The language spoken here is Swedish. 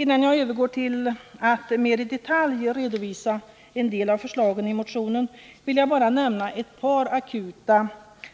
Innan jag övergår till att mera i detalj redovisa en del av förslagen i motionen, vill jag bara nämna ett par akuta